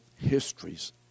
histories